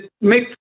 make